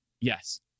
yes